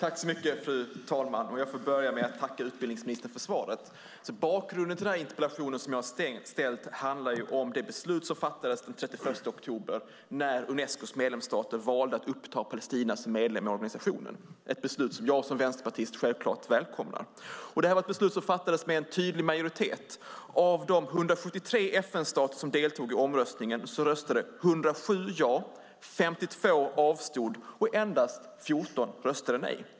Fru talman! Jag får börja med att tacka utbildningsministern för svaret. Bakgrunden till den interpellation som jag har ställt är det beslut som fattades den 31 oktober när Unescos medlemsstater valde att uppta Palestina som medlem i organisationen, ett beslut som jag som vänsterpartist självklart välkomnar. Det här var ett beslut som fattades med en tydlig majoritet. Av de 173 FN-stater som deltog i omröstningen röstade 107 ja, 52 avstod och endast 14 röstade nej.